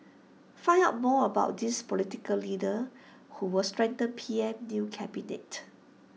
find out more about these political leaders who will strengthen P M new cabinet